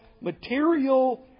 material